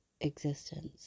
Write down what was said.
existence